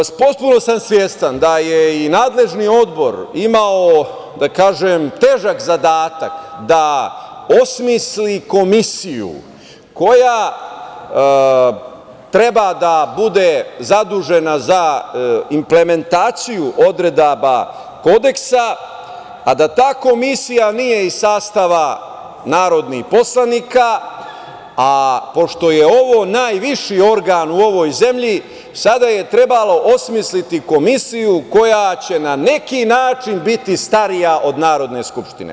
Potpuno sam svestan da je i nadležni Odbor imao težak zadatak da osmisli komisiju koja treba da bude zadužena za implementaciju odredaba Kodeksa, a da ta komisija nije iz sastava narodnih poslanika, a pošto je ovo najviši organ u ovoj zemlji sada je trebalo osmisliti komisiju koja će na neki način biti starija od Narodne skupštine.